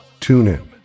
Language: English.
TuneIn